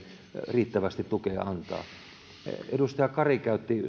riittävästi tukea antaa edustaja kari